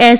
S